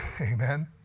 Amen